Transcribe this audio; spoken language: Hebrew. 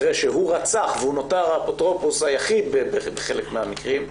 אחרי שהוא רצח והוא נותר האפוטרופוס היחיד בחלק מהמקרים,